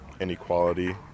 inequality